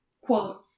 quote